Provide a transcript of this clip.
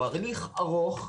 הוא הליך ארוך,